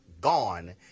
gone